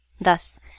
Thus